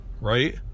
right